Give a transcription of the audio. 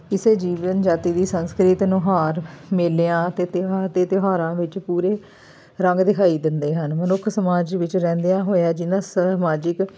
ਕਿਸੇ ਜੀਵਨ ਜਾਤੀ ਦੀ ਸੰਸਕ੍ਰਿਤ ਨੂੰ ਹਾਰ ਮੇਲਿਆਂ ਅਤੇ ਤਿਉਹਾ ਅਤੇ ਤਿਉਹਾਰਾਂ ਵਿੱਚ ਪੂਰੇ ਰੰਗ ਦਿਖਾਈ ਦਿੰਦੇ ਹਨ ਮਨੁੱਖ ਸਮਾਜ ਵਿੱਚ ਰਹਿੰਦਿਆਂ ਹੋਇਆ ਜਿਨ੍ਹਾਂ ਸਮਾਜਿਕ